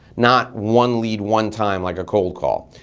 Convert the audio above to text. not one lead, one time like a cold call.